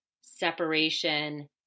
separation